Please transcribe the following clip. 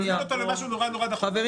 נציג אותו כמשהו נורא נורא דחוף,